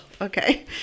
okay